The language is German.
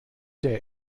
der